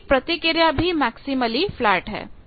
इसकी प्रतिक्रिया भी मैक्सीमली फ्लैट है